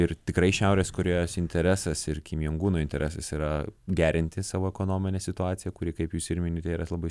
ir tikrai šiaurės korėjos interesas ir kim jong uno interesas yra gerinti savo ekonominę situaciją kuri kaip jūs ir minite yra labai